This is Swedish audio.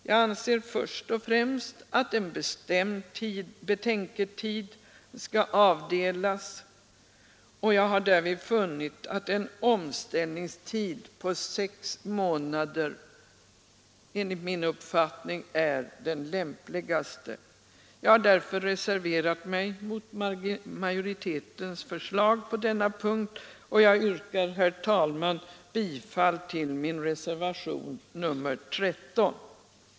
Jag anser först och främst att en bestämd betänketid skall avdelas och jag har därvid funnit att en omställningstid på 6 månader enligt min uppfattning är den lämpligaste. Jag har därför reserverat mig mot majoritetens förslag på denna punkt och jag yrkar, herr talman, bifall till min reservation 13.